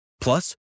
Plus